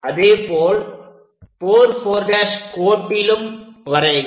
அதேபோல் 44' கோட்டிலும் வரைக